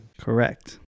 Correct